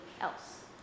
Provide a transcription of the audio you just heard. else